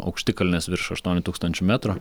aukštikalnės virš aštuonių tūkstančių metrų